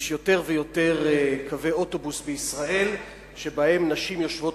שיש יותר ויותר קווי אוטובוס בישראל שבהם נשים יושבות